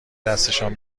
دستشان